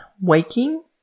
waking